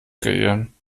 kreieren